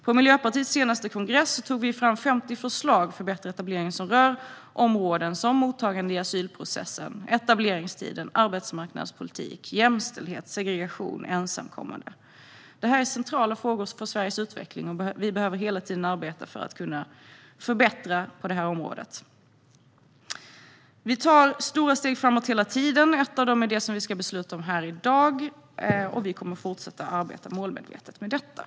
På Miljöpartiets senaste kongress tog vi fram 50 förslag för bättre etablering som rör områden som mottagande i asylprocessen, etableringstid, arbetsmarknadspolitik, jämställdhet, segregation och ensamkommande. Det är centrala frågor för Sveriges utveckling, och vi behöver hela tiden arbeta för att förbättra på detta område. Vi tar hela tiden stora steg framåt. Ett av dem är det som vi ska besluta om i dag. Vi kommer att fortsätta att arbeta målmedvetet med detta.